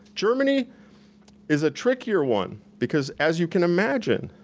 germany is a trickier one, because as you can imagine,